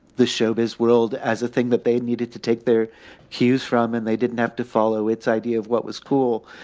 the showbiz world as a thing that they needed to take their cues from, and they didn't have to follow its idea of what was cool.